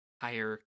higher